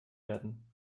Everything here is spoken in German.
werden